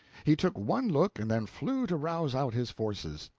he took one look and then flew to rouse out his forces.